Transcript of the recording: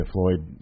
Floyd